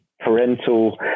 Parental